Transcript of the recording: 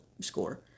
score